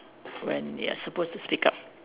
when you are supposed to speak up